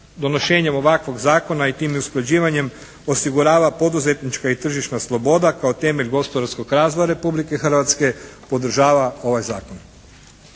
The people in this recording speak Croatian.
donošenjem ovakvog zakona i tim usklađivanjem osigurava poduzetnička i tržišna sloboda kao temelj gospodarskog razvoja Republike Hrvatske podržava ovaj zakon.